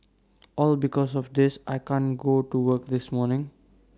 all because of this I can't go to work this morning